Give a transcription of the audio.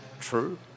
true